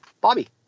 Bobby